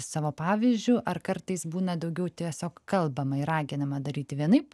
savo pavyzdžiu ar kartais būna daugiau tiesiog kalbama ir raginama daryti vienaip